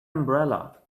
umbrella